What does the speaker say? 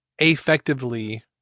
effectively